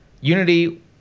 Unity